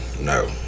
No